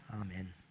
amen